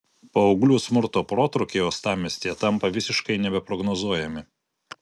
paauglių smurto protrūkiai uostamiestyje tampa visiškai nebeprognozuojami